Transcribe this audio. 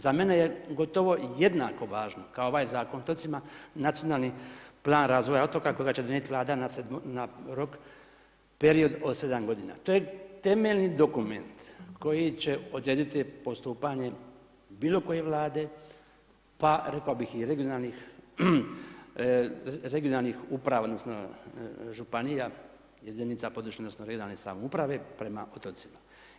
Za mene je gotovo jednako važno, kao ovaj Zakon o otocima, nacionalni plan razvoja otoka, koji će donijeti vlada na rok period od 7 g. To je temeljni dokument koji će odrediti postupanje bilo koje vlade, pa rekao bih i regionalnih uprava, odnosno, županija, jedinica područnih, odnosno, regionalne samouprave prema otocima.